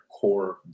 core